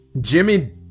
Jimmy